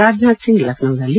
Rajnath Singh ಲಖನೌನಲ್ಲಿ